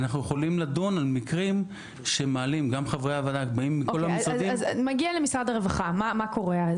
אנחנו יכולים לדון על מקרים שמעלים גם חברי הוועדה שבאים מכל המשרדים.